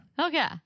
okay